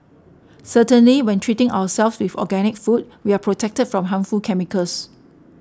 certainly when treating ourselves with organic food we are protected from harmful chemicals